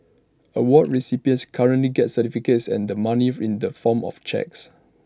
award recipients currently get certificates and the money in the form of cheques